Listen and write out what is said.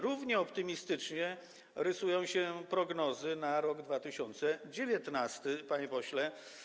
Równie optymistycznie rysują się prognozy na rok 2019, panie pośle.